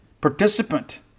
participant